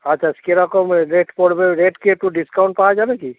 আচ্ছা কীরকম রেট পড়বে রেট কি একটু ডিসকাউন্ট পাওয়া যাবে কি